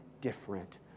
different